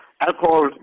alcohol